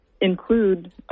include